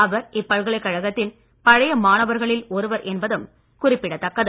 அவர் இப்பல்கலைக் கழகத்தின் பழைய மாணவர்களில் ஒருவர் என்பதும் குறிப்பிடதக்கது